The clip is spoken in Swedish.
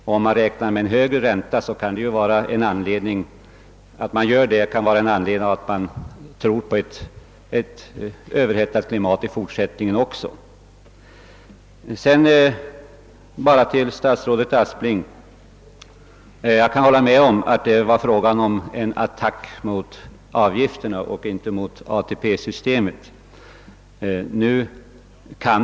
Men om man räknar med en högre ränta så kan det bero på att man tror på ett överhettat ekonomiskt klimat även i fortsättningen. Till statsrådet Aspling vill jag bara säga att jag kan hålla med om att han bara talade om en attack mot ATP avgifterna och inte mot ATP-systemet.